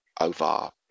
over